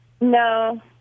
No